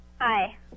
Hi